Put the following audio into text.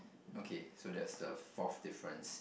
okay so that's the forth difference